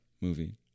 movie